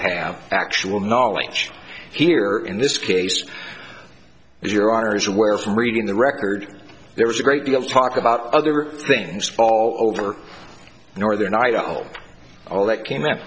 have actual knowledge here in this case is your honour's where from reading the record there was a great deal of talk about other things fall over northern idaho all that came up